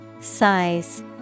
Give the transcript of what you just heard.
Size